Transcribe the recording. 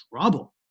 trouble